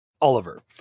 Oliver